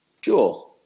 Sure